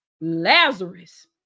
Lazarus